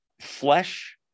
flesh